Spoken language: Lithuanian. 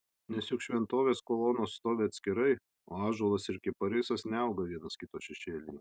nes juk šventovės kolonos stovi atskirai o ąžuolas ir kiparisas neauga vienas kito šešėlyje